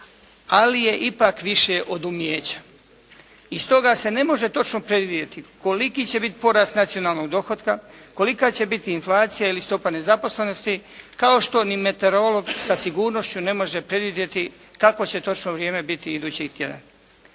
ali je ipak više od umijeća. I stoga se ne može točno predvidjeti koliki će biti porast nacionalnog dohotka, kolika će biti inflacija ili stopa nezaposlenosti kao što ni meteorolog sa sigurnošću ne može predvidjeti kakvo će točno vrijeme biti idući tjedan.